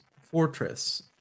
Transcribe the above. fortress